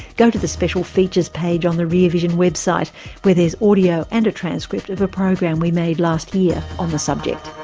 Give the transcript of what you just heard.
go to the special features page on the rear vision website where there's audio and a transcript of a program we made last year on the subject.